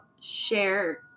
share